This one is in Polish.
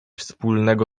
wspólnego